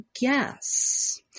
guess